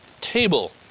table